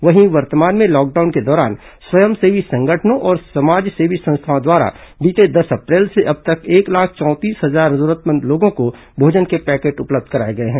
वहीं वर्तमान में लॉकडाउन के दौरान स्वयंसेवी संगठनों और समाजसेवी संस्थाओं द्वारा बीते दस अप्रैल से अब तक एक लाख चौंतीस हजार जरूरतमंद लोगों को भोजन के पैकेट उपलब्ध कराए गए हैं